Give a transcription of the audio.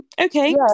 okay